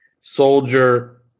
Soldier